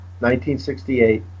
1968